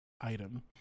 item